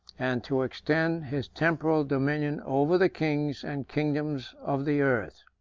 and to extend his temporal dominion over the kings and kingdoms of the earth.